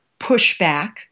pushback